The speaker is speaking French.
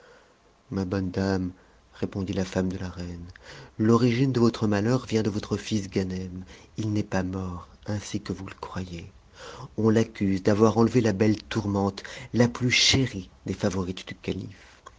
ma bonne dame répondit la femme de la reine l'origine de votre malheur vient de votre fils ganem il n'est pas mort ainsi que vous le croyez on l'accuse d'avoir enlevé la belle tourmente la plus chérie des favorites du calife